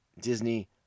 Disney+